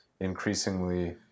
increasingly